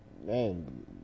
man